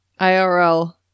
IRL